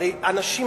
אנשים,